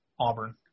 Auburn